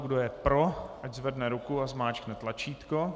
Kdo je pro, ať zvedne ruku a zmáčkne tlačítko.